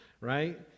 right